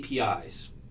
APIs